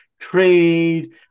Trade